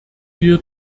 wir